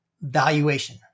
valuation